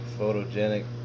photogenic